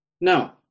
Now